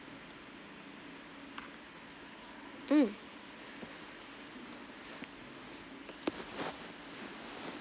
mm